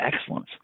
excellence